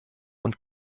und